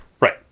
Right